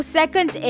second